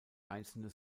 einzelne